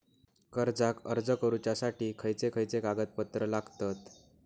कर्जाक अर्ज करुच्यासाठी खयचे खयचे कागदपत्र लागतत